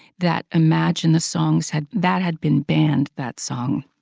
that imagine the songs had. that had been banned, that song.